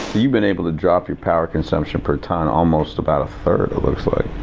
you've been able to drop your power consumption per tonne almost about a third it looks like.